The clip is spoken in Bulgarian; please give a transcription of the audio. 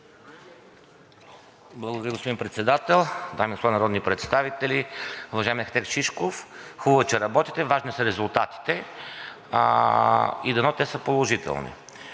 Благодаря, господин Председател. Дами и господа народни представители! Уважаеми архитект Шишков, хубаво е, че работите. Важни са резултатите и дано те са положителни.